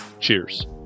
cheers